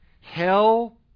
hell